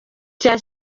cya